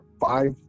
five